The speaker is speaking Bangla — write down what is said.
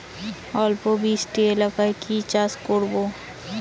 অল্প বৃষ্টি এলাকায় কি চাষ করব?